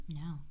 No